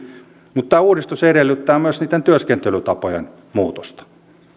mutta tämä uudistus edellyttää myös niitten työskentelytapojen muutosta